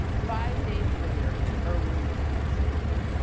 five days later, erwin was executed.